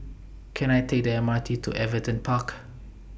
Can I Take The MRT to Everton Park